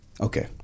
Okay